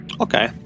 Okay